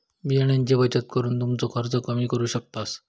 बियाण्यांची बचत करून तुमचो खर्च कमी करू शकतास